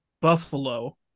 Buffalo